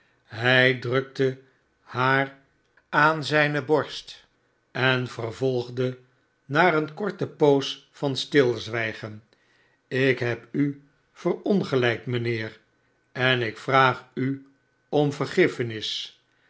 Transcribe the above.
hij drukte haar aan zijne borst en vervolgde na eene korte poos van stilzwijgen ik heb u verongelijkt mijnheer en ik vraag u om vergiffenis